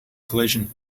collision